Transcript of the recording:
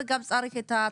וגם צריך את התקציב.